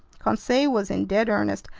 conseil was in dead earnest,